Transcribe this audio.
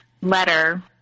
letter